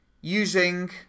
using